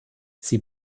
sie